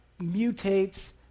mutates